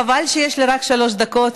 חבל שיש לי רק שלוש דקות,